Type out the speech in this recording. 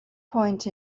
point